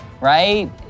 right